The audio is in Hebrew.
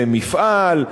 זה מפעל,